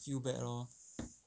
feel bad lor